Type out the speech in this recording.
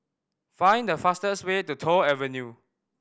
find the fastest way to Toh Avenue